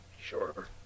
Sure